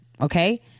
Okay